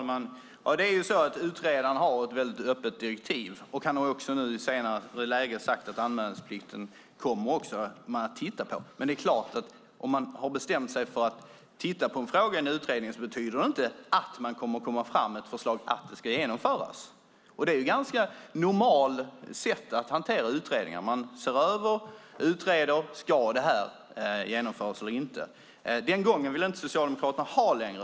Herr talman! Utredaren har ett öppet direktiv, och han har nu sagt att utredningen också kommer att titta på anmälningsplikten. Men att man tittar på en fråga i en utredning betyder inte att man lägger fram ett förslag om att det ska genomföras. Det normala hanteringssättet i en utredning är att man ser över och utreder om något ska genomföras eller inte. Den gången vill Socialdemokraterna inte ha längre.